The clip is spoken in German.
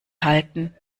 halten